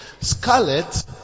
scarlet